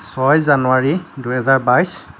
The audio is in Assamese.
ছয় জানুৱাৰী দুহেজাৰ বাইছ